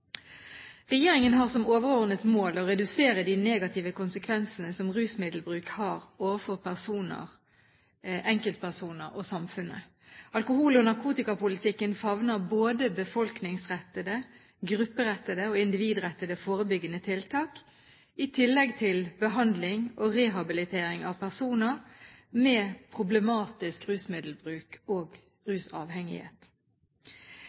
Regjeringen har som overordnet mål å redusere de negative konsekvensene som rusmiddelbruk har for enkeltpersoner og samfunnet. Alkohol- og narkotikapolitikken favner både befolkningsrettede, grupperettede og individrettede forebyggende tiltak, i tillegg til behandling og rehabilitering av personer med problematisk rusmiddelbruk og